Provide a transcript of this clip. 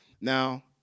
Now